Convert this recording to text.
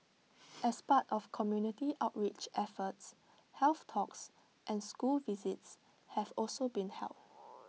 as part of community outreach efforts health talks and school visits have also been held